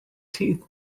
teeth